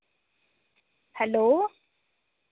hello